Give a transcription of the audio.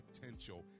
potential